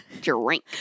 Drink